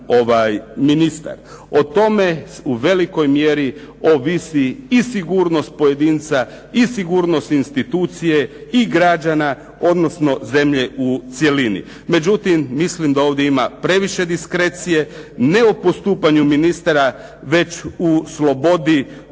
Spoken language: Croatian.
O tome u velikoj mjeri ovisi i sigurnost pojedinca i sigurnost institucije i građana, odnosno zemlje u cjelini. Međutim, mislim da ovdje ima previše diskrecije, ne o postupanju ministara, već u slobodi